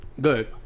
good